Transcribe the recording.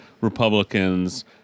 Republicans